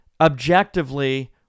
objectively